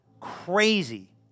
Crazy